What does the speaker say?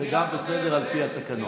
זה גם בסדר על פי התקנון.